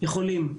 הם יכולים,